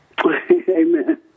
Amen